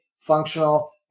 functional